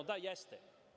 Da, jeste.